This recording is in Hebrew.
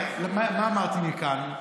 מה אמרתי מכאן?